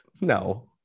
no